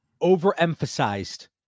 overemphasized